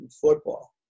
football